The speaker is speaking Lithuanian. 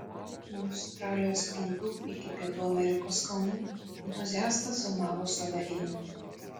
nuo australijos krantų iki pietų amerikos kalnų entuziastas filmavo save einantį